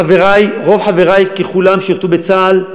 חברי, רוב חברי ככולם שירתו בצה"ל,